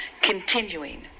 continuing